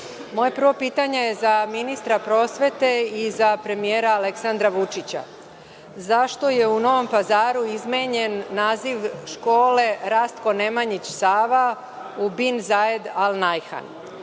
prvo pitanje je za ministra prosvete i za premijera Aleksandra Vučića - zašto je u Novom Pazaru izmenjen naziv škole „Rastko Nemanjić Sava“ u „Bin Zajed Alnajhan“?